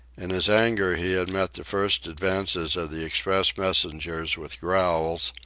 in his anger he had met the first advances of the express messengers with growls,